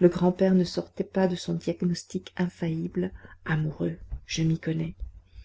le grand-père ne sortait pas de son diagnostic infaillible amoureux je m'y connais